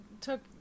took